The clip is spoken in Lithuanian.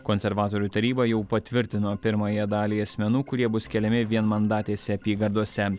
konservatorių taryba jau patvirtino pirmąją dalį asmenų kurie bus keliami vienmandatėse apygardose